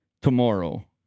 tomorrow